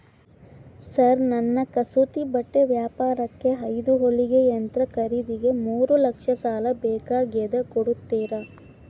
Sir ನನ್ನ ಕಸೂತಿ ಬಟ್ಟೆ ವ್ಯಾಪಾರಕ್ಕೆ ಐದು ಹೊಲಿಗೆ ಯಂತ್ರ ಖರೇದಿಗೆ ಮೂರು ಲಕ್ಷ ಸಾಲ ಬೇಕಾಗ್ಯದ ಕೊಡುತ್ತೇರಾ?